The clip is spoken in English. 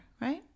right